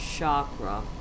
chakra